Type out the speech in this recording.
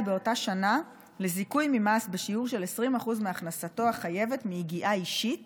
באותה שנה לזיכוי ממס בשיעור של 20% מהכנסתו החייבת מיגיעה אישית